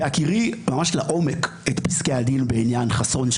בהכירי ממש לעומק את פסקי הדין בעניין חסון,